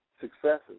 successes